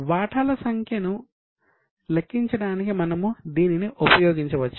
వాటాల సంఖ్యను లెక్కించడానికి మనము దీనిని ఉపయోగించవచ్చు